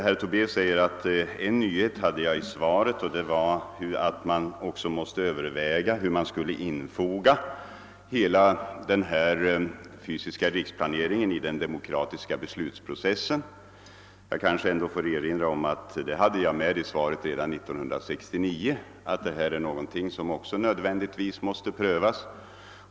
Herr Tobé säger att jag framförde en nyhet i svaret, nämligen att man måste överväga hur man skall infoga hela den fysiska riksplaneringen i den demokratiska beslutsprocessen. Jag kanske får erinra om att jag redan i svaret 1969 framhöll att även detta är någonting som nödvändigtvis måste prövas.